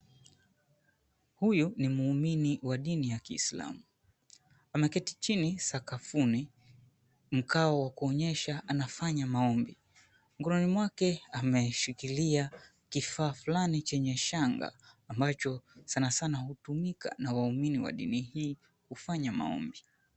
Huyu ni muumini wa dini ya kiislamu. Ameketi chini sakafuni, mkao wa kuonyesha anafanya maombi. Mkononi mwake ameshikilia kifaa fulani chenye shanga, ambacho sanasana hutumika na waumini wa dini hii kufanya maombi.